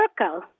circle